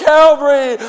Calvary